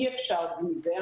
אי אפשר בלי זה,